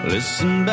Listen